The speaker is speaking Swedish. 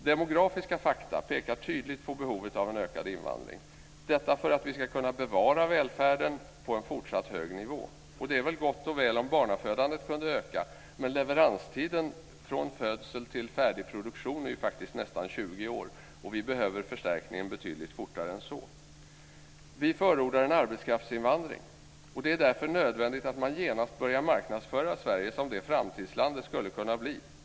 Demografiska fakta pekar tydligt på behovet av en ökad invandring. Detta är för att vi ska kunna bevara välfärden på en fortsatt hög nivå. Det är väl gott och väl om barnafödandet kunde öka, men leveranstiden från födsel till färdig produktion är faktiskt nästan 20 år - och vi behöver förstärkning betydligt fortare än så. Vi förordar en arbetskraftsinvandring. Det är därför nödvändigt att man genast börjar marknadsföra Sverige som det framtidsland det skulle kunna bli.